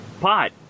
pot